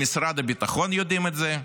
במשרד הביטחון יודעים את זה,